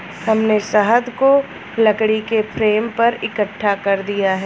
हमने शहद को लकड़ी के फ्रेम पर इकट्ठा कर दिया है